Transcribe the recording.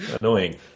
annoying